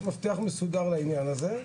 יש מפתח מסודר לעניין הזה.